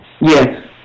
Yes